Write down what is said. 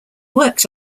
worked